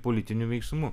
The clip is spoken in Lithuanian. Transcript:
politiniu veiksmu